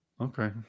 Okay